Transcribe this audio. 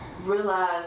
realize